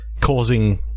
causing